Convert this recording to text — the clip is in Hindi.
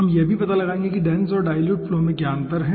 हम यह पता लगाएंगे कि डेन्स और डाईल्युट फ्लो में क्या अंतर है